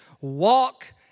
walk